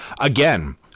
Again